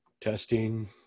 Testing